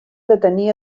detenir